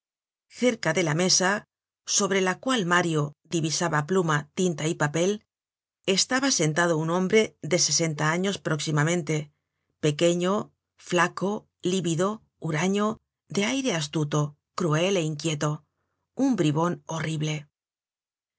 cerca de la mesa sobre la cual mario divisaba pluma tinta y papel estaba sentado un hombre de sesenta años próximamente pequeño flaco lívido huraño de aire astuto cruel é inquieto un bribon horrible